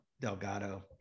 Delgado